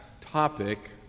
topic